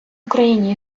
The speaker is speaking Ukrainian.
україні